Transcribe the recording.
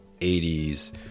80s